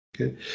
okay